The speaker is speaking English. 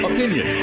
Opinion